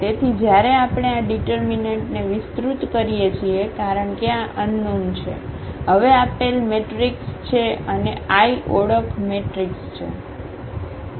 તેથી જ્યારે આપણે આ ઙીટરમીનન્ટને વિસ્તૃત કરીએ છીએ કારણ કે આ અનનોન છે હવે આપેલ મેટ્રિક્સ છે અને I ઓળખ મેટ્રિક્સ છે